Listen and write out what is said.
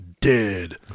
Dead